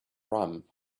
rum